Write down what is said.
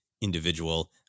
individual